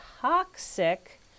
toxic